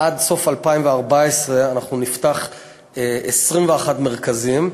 עד סוף 2014 אנחנו נפתח 21 מרכזים,